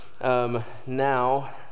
now